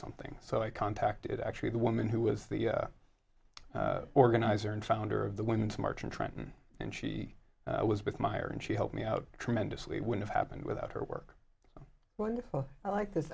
something so i contacted actually the woman who was the organizer and founder of the women's march in trenton and she was with meyer and she helped me out tremendously when it happened without her work wonderful i like this